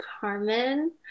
Carmen